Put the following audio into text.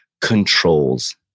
controls